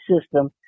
system